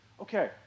Okay